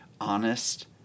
honest